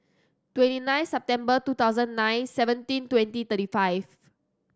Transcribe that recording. twenty nine September two thousand nine seventeen twenty thirty five